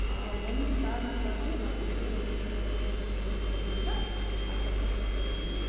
ಆ ಒಂದು ಕಾರಣಕ್ಕಾಗಿ ನಾವು ಬಿಡದೇ ಒಂದು ಇಪ್ಪತ್ತೆರ್ಡು ಇಪ್ಪತ್ಮೂರು ವರ್ಷದಿಂದ ಆ ಕೆಲ್ಸಕ್ಕೆ ಹೋಗ್ತಾಯಿದ್ದೀವಿ